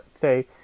Say